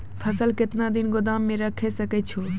फसल केतना दिन गोदाम मे राखै सकै छौ?